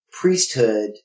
priesthood